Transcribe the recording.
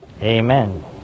amen